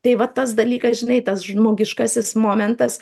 tai vat tas dalykas žinai tas žmogiškasis momentas